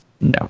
No